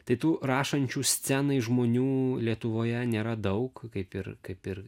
tai tų rašančių scenai žmonių lietuvoje nėra daug kaip ir kaip ir